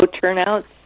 turnouts